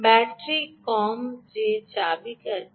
battery কম যে চাবিকাঠি